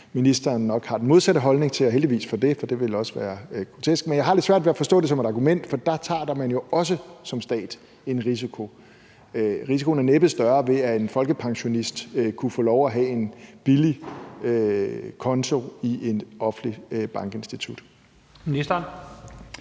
ministeren nok har den modsatte holdning til, og heldigvis for det, for andet ville også være grotesk. Men jeg har lidt svært ved at forstå det som et argument, for der tager man da også som stat en risiko, og risikoen er næppe større, ved at en folkepensionist kunne få lov at have en billig konto i et offentligt bankinstitut. Kl.